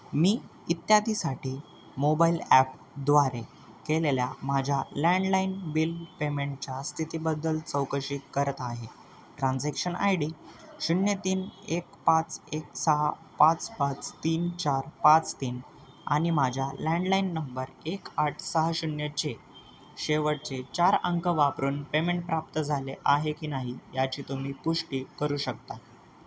मी इत्यादीसाठी मोबाईल ॲपद्वारे केलेल्या माझ्या लँडलाईन बिल पेमेंटच्या स्थितीबद्दल चौकशी करत आहे ट्रान्झॅक्शन आय डी शून्य तीन एक पाच एक सहा पाच पाच तीन चार पाच तीन आणि माझ्या लँडलाईन नंबर एक आठ सहा शून्य चे शेवटचे चार अंक वापरून पेमेंट प्राप्त झाले आहे की नाही याची तुम्ही पुष्टी करू शकता